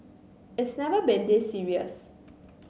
it's never been this serious